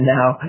now